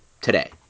today